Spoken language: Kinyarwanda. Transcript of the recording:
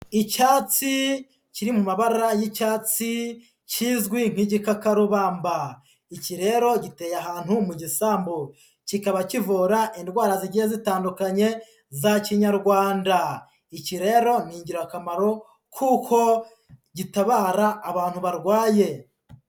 Icyatsi kiri mu mabara y'icyatsi kizwi nk'igikakarubamba, iki rero giteye ahantu mu gisambu, kikaba kivura indwara zigiye zitandukanye za Kinyarwanda, iki rero ni ingirakamaro kuko gitabara abantu barwaye.